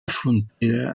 frontera